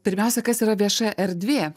pirmiausia kas yra vieša erdvė